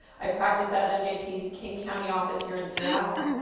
i practice out of njp's king county office here in seattle,